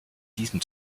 diesem